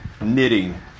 knitting